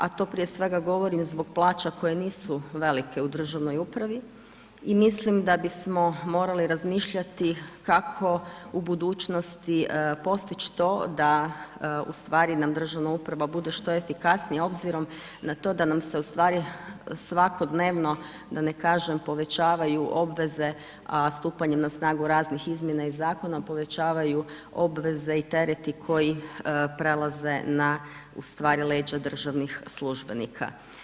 A to prije svega govorim zbog plaća koje nisu velike u državnoj upravi i mislim da bismo morali razmišljati, kako u budućnosti postići to da ustvari nam državna uprava bude što efikasnija, obzirom na to, da nam se ostvari svakodnevno, da ne kažem povećavaju obveze, a stupanjem na snagu raznih izmjena i zakona povećavaju obveze i tereti koji prelaze na ustvari leđa državnih službenika.